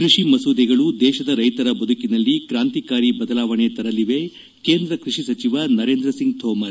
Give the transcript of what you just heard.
ಕೃಷಿ ಮಸೂದೆಗಳು ದೇಶದ ರೈತರ ಬದುಕಿನಲ್ಲಿ ಕ್ರಾಂತಿಕಾರಿ ಬದಲಾವಣೆ ತರಲಿವೆ ಕೇಂದ್ರ ಕೃಷಿ ಸಚಿವ ನರೇಂದ್ರ ಸಿಂಗ್ ತೋಮರ್